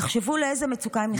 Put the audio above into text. תחשבו לאיזו מצוקה הם נכנסים.